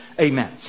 Amen